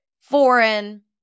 foreign